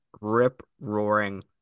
rip-roaring